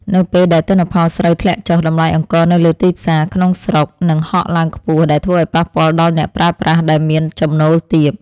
នៅពេលដែលទិន្នផលស្រូវធ្លាក់ចុះតម្លៃអង្ករនៅលើទីផ្សារក្នុងស្រុកនឹងហក់ឡើងខ្ពស់ដែលធ្វើឱ្យប៉ះពាល់ដល់អ្នកប្រើប្រាស់ដែលមាន ចំណូលទាប។